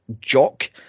jock